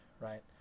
Right